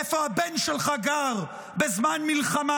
איפה הבן שלך גר בזמן מלחמה?